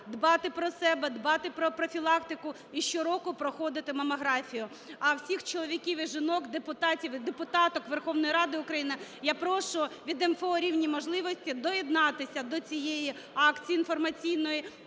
дбати про себе, дбати про профілактику і щороку проходити мамографію. А всіх чоловіків і жінок депутатів і депутаток Верховної Ради України я прошу від МФО "Рівні можливості" доєднатися до цієї акції інформаційної,